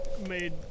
made